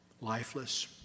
lifeless